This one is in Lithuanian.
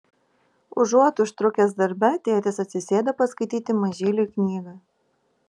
užuot užtrukęs darbe tėtis atsisėda paskaityti mažyliui knygą